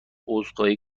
عذرخواهی